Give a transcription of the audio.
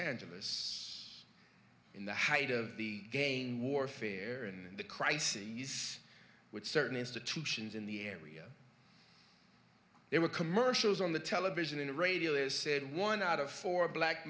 it's in the height of the game warfare in the crises with certain institutions in the area they were commercials on the television and radio is said one out of four black